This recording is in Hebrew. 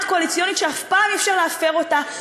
קואליציונית שאף פעם אי-אפשר להפר אותה.